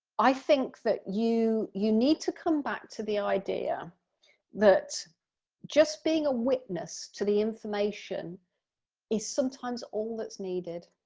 i think that you you need to come back to the idea that just being a witness to the information is sometimes all that's needed.